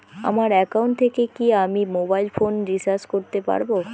আমার একাউন্ট থেকে কি আমি মোবাইল ফোন রিসার্চ করতে পারবো?